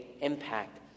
impact